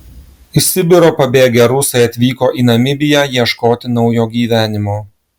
iš sibiro pabėgę rusai atvyko į namibiją ieškoti naujo gyvenimo